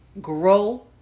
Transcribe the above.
grow